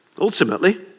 ultimately